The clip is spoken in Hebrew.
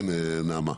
כן נעמה.